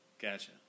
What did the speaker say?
Gotcha